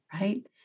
right